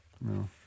No